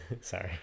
Sorry